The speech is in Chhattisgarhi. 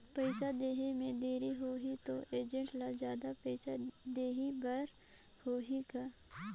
पइसा देहे मे देरी होही तो एजेंट ला जादा पइसा देही बर होही का?